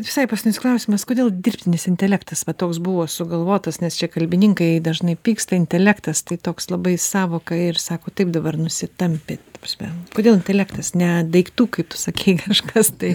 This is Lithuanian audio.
visai paskutinis klausimas kodėl dirbtinis intelektas va toks buvo sugalvotas nes čia kalbininkai dažnai pyksta intelektas tai toks labai sąvoka ir sako taip dabar nusitampė ta prasme kodėl intelektas ne daiktų kaip tu sakei kažkas tai